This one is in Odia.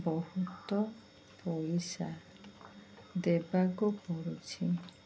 ବହୁତ ପଇସା ଦେବାକୁ ପଡ଼ୁଛି